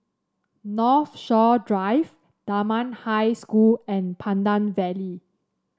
Northshore Drive Dunman High School and Pandan Valley